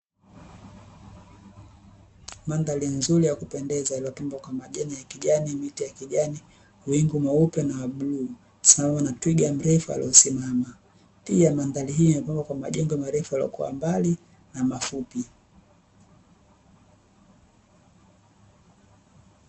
Mandhari nzuri ya kupendeza iliyopambwa kwa majani ya kijani, miti ya kijani. mawingu meupe na ya bluu sawa na twiga mrefu aliyesimama pia mandhari hii imepambwa na majengo marefu yaliyokuwa mbali na mafupi.